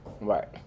Right